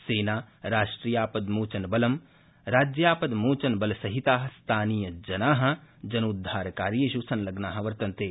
सेना राष्ट्रियापदोचनबलं राज्यापद्योचनबलसहिता स्थानीयजना जनोद्वारकायेंष् संलग्ना वर्तन्ते